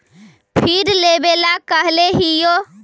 फिर लेवेला कहले हियै?